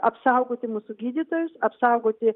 apsaugoti mūsų gydytojus apsaugoti